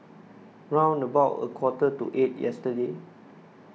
round about a quarter to eight yesterday